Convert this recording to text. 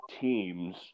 teams